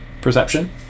perception